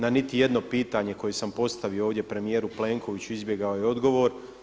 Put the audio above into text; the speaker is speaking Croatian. Na niti jedno pitanje koje sam postavio ovdje premijeru Plenkoviću izbjegao je odgovor.